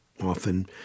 often